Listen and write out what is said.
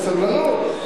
סבלנות.